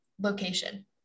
location